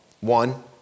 One